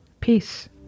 Peace